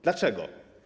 Dlaczego?